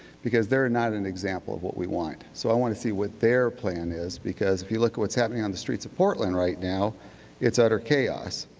because they are not an example of what we want. so i want to see what their plan is. because if you look at what's happening on the streets of portland right now it's utter chaos.